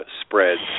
spreads